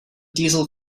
diesel